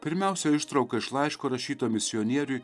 pirmiausia ištrauka iš laiško rašyto misionieriui